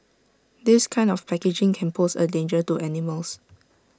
this kind of packaging can pose A danger to animals